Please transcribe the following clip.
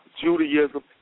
Judaism